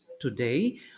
today